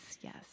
Yes